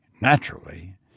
naturally